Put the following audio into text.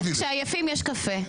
כשעייפים יש קפה,